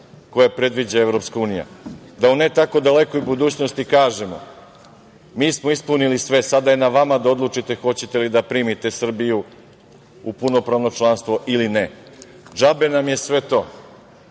koje predviđa EU, da u ne tako dalekoj budućnosti kažemo – mi smo ispunili sve, sada je na vama da odlučite hoćete li da primite Srbiju u punopravno članstvo ili ne. Džabe nam je sve